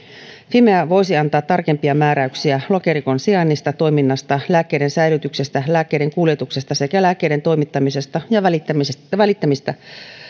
fimea voisi antaa tarkempia määräyksiä lokerikon sijainnista toiminnasta lääkkeiden säilytyksestä lääkkeiden kuljetuksesta sekä lääkkeiden toimittamisesta ja välittämisestä